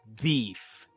beef